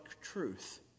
truth